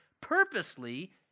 purposely